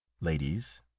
Ladies